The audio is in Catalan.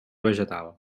vegetal